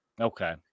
Okay